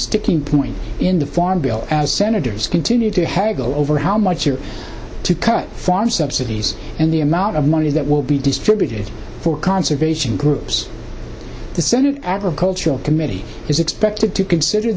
sticking point in the farm bill as senators continue to haggle over how much or to cut farm subsidies and the amount of money that will be distributed for conservation groups the senate agricultural committee is expected to consider